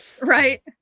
right